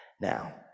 Now